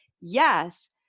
yes